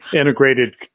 integrated